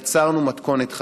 כמחוקקים, יצרנו מתכונת חדשה.